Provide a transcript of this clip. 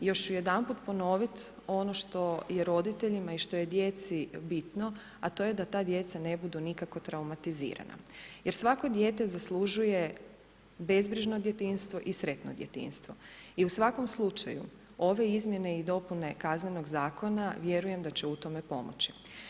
Još ću jedanput ponovit ono što je roditeljima i što je djeci bitno, a to je da ta djeca ne budu nikako traumatizirana jer svako dijete zaslužuje bezbrižno djetinjstvo i sretno djetinjstvo i u svakom slučaju ove izmjene i dopune Kaznenog zakona vjerujem da će u tome pomoći.